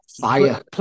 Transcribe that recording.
Fire